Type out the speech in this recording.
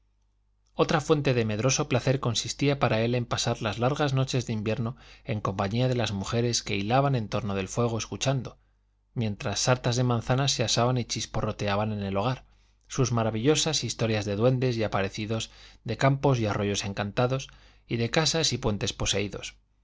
otra fuente de medroso placer consistía para él en pasar las largas noches de invierno en compañía de las mujeres que hilaban en torno del fuego escuchando mientras sartas de manzanas se asaban y chisporroteaban en el hogar sus maravillosas historias de duendes y aparecidos de campos y arroyos encantados y de casas y puentes poseídos